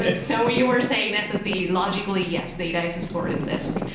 and so you were saying ssd. logically, yes, data is is stored in disk.